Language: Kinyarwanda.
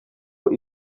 muri